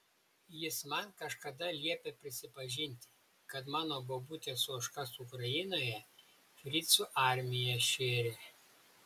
jis man kažkada liepė prisipažinti kad mano bobutės ožkas ukrainoje fricų armija šėrė